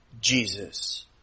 Jesus